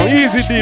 easy